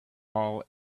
all